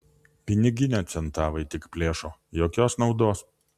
piniginę centavai tik plėšo jokios naudos